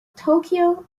tokyo